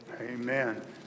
amen